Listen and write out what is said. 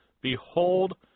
Behold